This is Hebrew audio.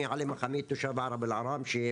אני תושב עראב אל עראמשה,